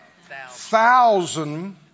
thousand